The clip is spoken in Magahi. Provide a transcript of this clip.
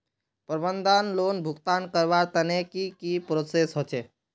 प्रबंधन लोन भुगतान करवार तने की की प्रोसेस होचे?